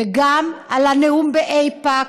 וגם על הנאום באיפא"ק,